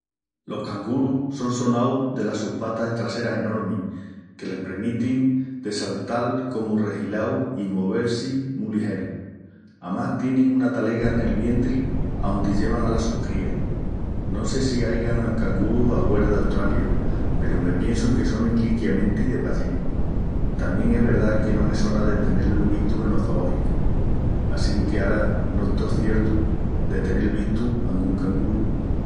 Los cangurus son sonaus delas sus patas estraseras enormis que les premitin de saltal comu rehilaus i movel-si mu ligerus. Amás, tienin una talega nel vientri ondi llevan alas sus crías. No sé si aigan cangurus ahuera d'Australia peru me piensu que sonin liquiamenti de pallí. Tamién es verdá que no me sona de tené-lus vistu enos zoológicus assinque ara no estó ciertu de tenel vistu angún canguru.